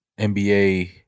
NBA